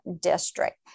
district